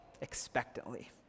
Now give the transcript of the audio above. expectantly